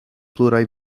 pluraj